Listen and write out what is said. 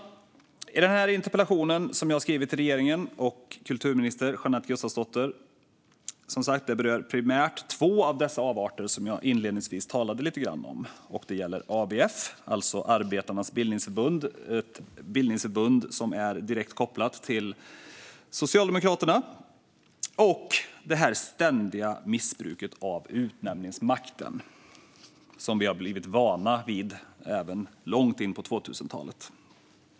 Den interpellation som jag har skrivit till regeringen och kulturminister Jeanette Gustavsdotter berör primärt två av dessa avarter som jag inledningsvis talade lite grann om. Det gäller ABF, Arbetarnas Bildningsförbund. Det är ett bildningsförbund som är direkt kopplat till Socialdemokraterna. Det gäller det ständiga missbruket av utnämningsmakten, som vi har blivit vana vid även långt in på 2000-talet.